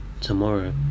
tomorrow